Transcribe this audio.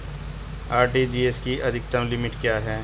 RTGS की अधिकतम limit क्या है?